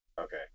Okay